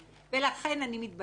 לכן אני מתביישת.